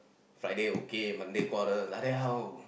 Friday okay Monday quarrel like that how